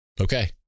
Okay